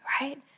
right